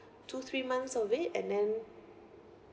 two three months of it and then